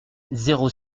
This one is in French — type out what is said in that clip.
zéro